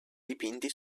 dipinti